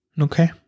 Okay